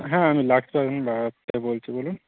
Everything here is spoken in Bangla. হ্যাঁ আমি লাক্স বাজার থেকে বলছি বলুন